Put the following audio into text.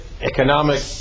economic